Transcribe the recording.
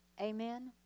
Amen